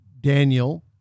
Daniel